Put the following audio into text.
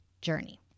journey